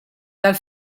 dal